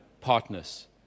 partners